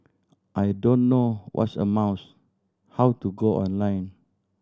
I don't know what's a mouse how to go online